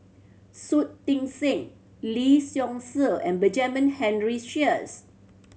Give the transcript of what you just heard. Shui Tit Sing Lee Seow Ser and Benjamin Henry Sheares